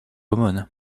aumône